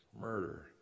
murder